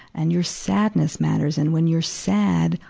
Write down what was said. and your sadness matters. and when you're sad,